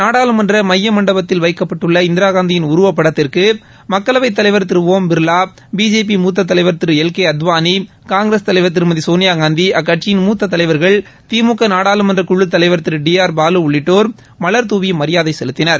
நாடாளுமன்ற மைய மண்டபத்தில் வைக்கப்பட்டுள்ள இந்திராகாந்தியின் உருவப்படத்திற்கு மக்களவைத் தலைவர் திரு ஒம் பிர்வா பிஜேபி மூத்த தலைவர் திரு எல் கே அத்வானி காங்கிரஸ் தலைவர் திருமதி சோனியாகாந்தி அக்கட்சியின் மூத்த தலைவர்கள் திமுக நாடாளுமன்ற குழு தலைவர் திரு டி ஆர் பாலு உள்ளிட்டோர் மவர்தூவி மியாதை செலுத்தினர்